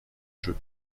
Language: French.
jeux